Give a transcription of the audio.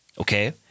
Okay